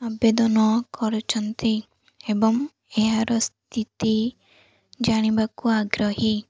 ଆବେଦନ କରୁଛନ୍ତି ଏବଂ ଏହାର ସ୍ଥିତି ଜାଣିବାକୁ ଆଗ୍ରହୀ